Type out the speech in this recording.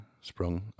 sprung